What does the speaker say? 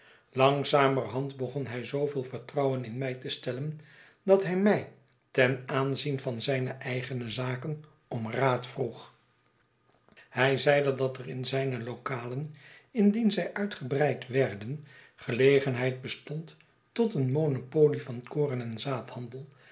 langzamerhand begon hij zooveel vertrouwen in mij te stellen dat hij ray ten aanzien van zijne eigene zaken om raad vroeg hij zeide dat er in zijne lokalen indien zij uitgebreid werden gelegenheid bestond tot een monopolie van